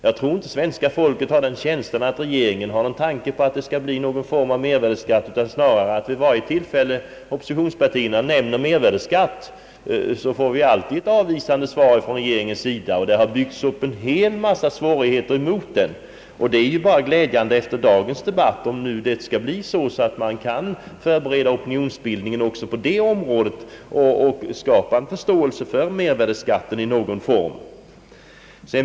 Jag tror inte svenska folket har den känslan att regeringen tänkt införa någon form av mervärdeskatt. Snarare är det väl så att varje gång oppositionspartierna nämner mervärdeskatten får vi ett avvisande svar från regeringen. Det har byggts upp en hel massa svårigheter mot den sortens skatt, och det vore bara glädjande om opinionsbildningen efter denna debatt inriktas på att skapa förståelse för mervärdeskatt i någon form.